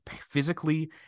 physically